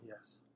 Yes